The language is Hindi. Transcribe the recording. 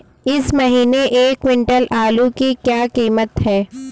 इस महीने एक क्विंटल आलू की क्या कीमत है?